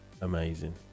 amazing